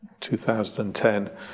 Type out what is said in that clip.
2010